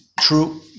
True